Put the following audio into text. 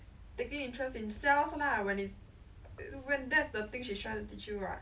so I I like !huh! so I cried lah on the spot then after that go home right then later